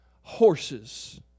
horses